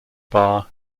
bar